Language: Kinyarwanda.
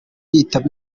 yitaba